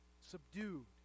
subdued